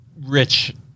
rich